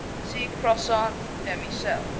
see croissant demi-sel.